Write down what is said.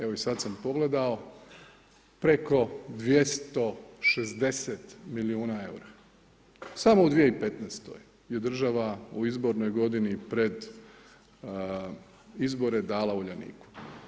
Evo i sad sam pogledao, preko 260 milijuna eura, samo u 2015. je država u izbornoj godini pred izbore dala Uljaniku.